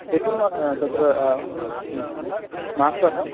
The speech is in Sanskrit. एतद् मा तत्र मासः